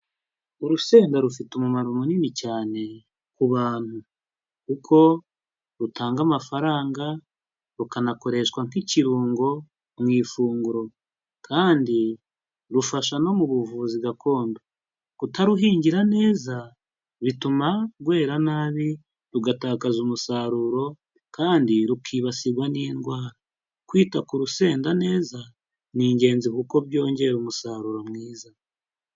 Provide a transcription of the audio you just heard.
Urusenda rufite umumaro munini cyane ku bantu, kuko rutanga amafaranga rukanakoreshwa nk'ikirungo mu ifunguro. Kandi rufasha no mu buvuzi gakondo. Kutaruhingira neza bituma rwera nabi rugatakaza umusaruro, kandi rukibasirwa n'indwara. Kwita ku rusenda neza ni ingenzi kuko byongera umusaruro mwiza.